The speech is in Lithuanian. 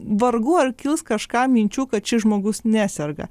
vargu ar kils kažkam minčių kad šis žmogus neserga